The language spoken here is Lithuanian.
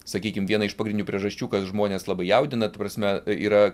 sakykim viena iš pagryndinių priežasčių kas žmones labai jaudina ta prasme yra